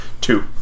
Two